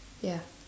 ya